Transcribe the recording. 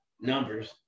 numbers